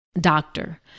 doctor